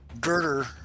girder